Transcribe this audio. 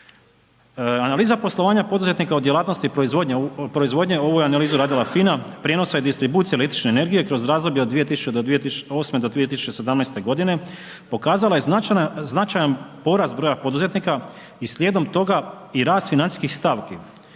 analiza poslovanja poduzetnika u djelatnosti proizvodnje ovu je analizu radila FINA, prijenosa i distribucije električne energije kroz razdoblja od …/Govornik se ne razumije./… do 2017. g. pokazala je značajan porast broja poduzetnika i slijedom toga i rast financijskih stavki,